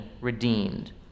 redeemed